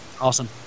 Awesome